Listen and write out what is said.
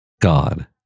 God